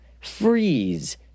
Freeze